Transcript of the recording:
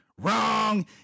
Wrong